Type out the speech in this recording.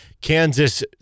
kansas